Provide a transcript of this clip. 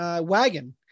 wagon